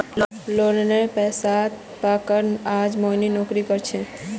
लोनेर पैसात पढ़ कर आज मुई नौकरी हासिल करील छि